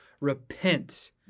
Repent